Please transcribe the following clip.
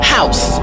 House